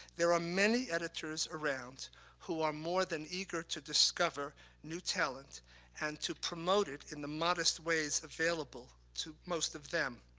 there are many editors around who are more than eager to discover new talent and to promote it in the modest ways available to most of them.